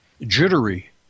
jittery